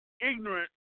ignorant